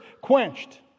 quenched